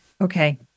Okay